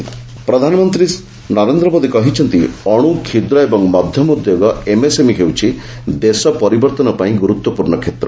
PM MSME ପ୍ରଧାନମନ୍ତ୍ରୀ ନରେନ୍ଦ୍ର ମୋଦି କହିଛନ୍ତି ଅଣୁ କ୍ଷୁଦ୍ର ଓ ମଧ୍ୟମ ଉଦ୍ୟୋଗ ଏମ୍ଏସ୍ଏମ୍ଇ ହେଉଛି ଦେଶ ପରିବର୍ତ୍ତନ ପାଇଁ ଗୁରୁତ୍ୱପୂର୍ଣ୍ଣ କ୍ଷେତ୍ର